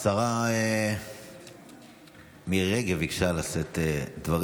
השרה מירי רגב ביקשה לשאת דברים.